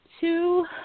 two